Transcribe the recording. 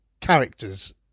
characters